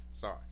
sorry